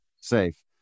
safe